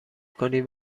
کنید